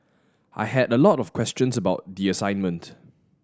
I had a lot of questions about the assignment